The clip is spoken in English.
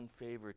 unfavored